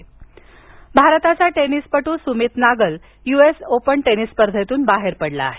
US Open भारताचा टेनिसपटू Sumit Nagal US Open tennis स्पर्धेतून बाहेर पडला आहे